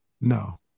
No